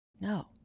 No